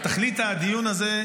תכלית הדיון הזה,